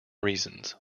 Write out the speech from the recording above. reasons